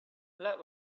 let